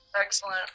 Excellent